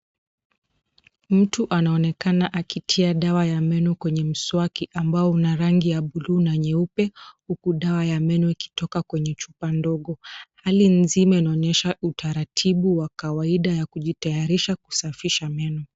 Mtu anaonekana akitia dawa ya meno kwenye mswaki ambao una rangi ya buluu na nyeupe huku dawa ya meno ikitoka kwenye chupa ndogo. Hali nzima inaonyesha utaratibu wa kawaida ya kujitayarisha kusafisha meno.